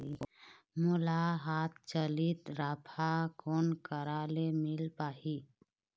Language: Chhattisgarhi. मोला हाथ चलित राफा कोन करा ले मिल पाही?